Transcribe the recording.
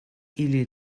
ili